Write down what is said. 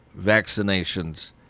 vaccinations